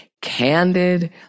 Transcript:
candid